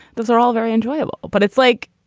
those are all very enjoyable. but it's like.